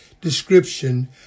description